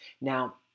Now